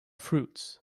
fruits